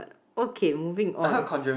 okay moving on